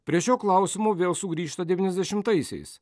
prie šio klausimo vėl sugrįžta devyniasdešimtaisiais